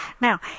Now